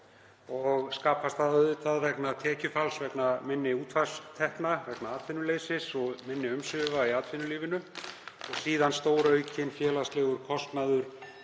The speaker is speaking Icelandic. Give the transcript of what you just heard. Skapast það auðvitað vegna tekjufalls vegna minni útsvarstekna, vegna atvinnuleysis og minni umsvifa í atvinnulífinu og síðan er stóraukinn félagslegur kostnaður